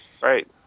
right